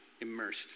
immersed